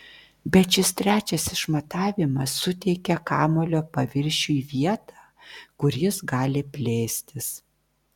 bet šis trečias išmatavimas suteikia kamuolio paviršiui vietą kur jis gali plėstis